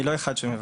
אני לא אחד שמוותר.